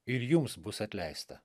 ir jums bus atleista